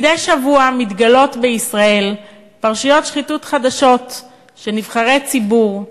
מדי שבוע מתגלות בישראל פרשיות שחיתות חדשות של נבחרי ציבור,